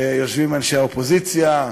שיושבים אנשי האופוזיציה,